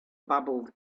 babbled